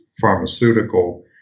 pharmaceutical